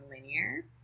linear